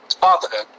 fatherhood